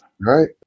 right